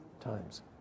times